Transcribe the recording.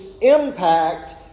Impact